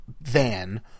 van